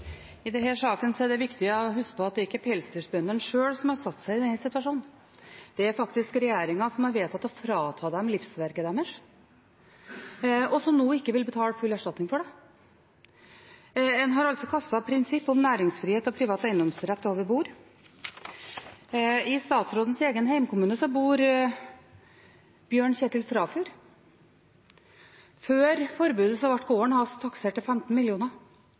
I denne saken er det viktig å huske på at det ikke er pelsdyrbøndene sjøl som har satt seg i denne situasjonen; det er faktisk regjeringen som har vedtatt å frata dem livsverket deres, og som nå ikke vil betale full erstatning for det. En har altså kastet et prinsipp om næringsfrihet og privat eiendomsrett over bord. I statsrådens egen hjemkommune bor Bjørn Kjetil Frafjord. Før forbudet ble gården hans taksert til 15